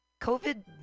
COVID